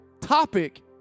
topic